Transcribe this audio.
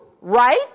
right